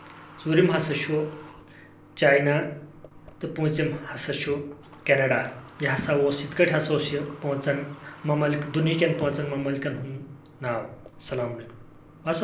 ژوٗرِم ہسا چھُ چاینا تہٕ پوٗژِم ہسا چھُ کیٚناڈا یہِ ہسا اوس یِتھۍ کٲٹھۍ ہسا اوس یہِ پٲنٛژن دُنہیٖکٮ۪ن ممٲلِکَن ہُنٛد ناو السلام علیکُم